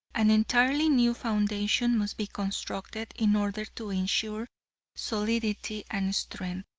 an entirely new foundation must be constructed in order to insure solidity and strength.